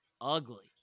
ugly